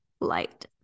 light